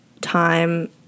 time